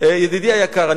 ידידי היקר,